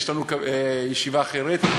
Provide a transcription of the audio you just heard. יש לנו ישיבה אחרת.